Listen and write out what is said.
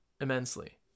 immensely